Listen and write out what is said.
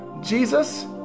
Jesus